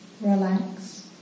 relax